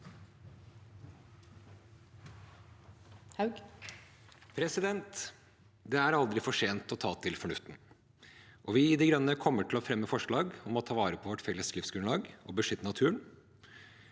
Det er al- dri for sent å ta til fornuft. Vi i De Grønne kommer til å fremme forslag om å ta vare på vårt felles livsgrunnlag og beskytte naturen